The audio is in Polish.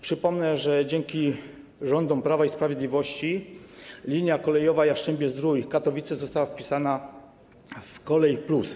Przypomnę, że dzięki rządom Prawa i Sprawiedliwości linia kolejowa Jastrzębie-Zdrój - Katowice została wpisana do programu „Kolej+”